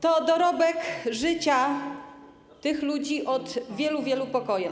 To dorobek życia tych ludzi od wielu, wielu pokoleń.